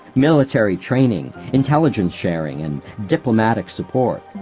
military training, intelligence sharing, and diplomatic support.